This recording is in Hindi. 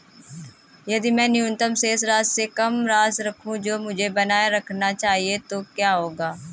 यदि मैं न्यूनतम शेष राशि से कम राशि रखूं जो मुझे बनाए रखना चाहिए तो क्या होगा?